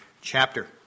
Chapter